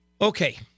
Okay